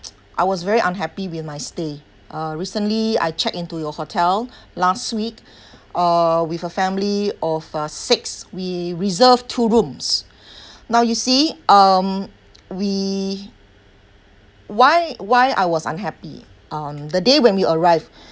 I was very unhappy with my stay uh recently I check into your hotel last week uh with a family of uh six we reserved two rooms now you see um we why why I was unhappy um the day when we arrived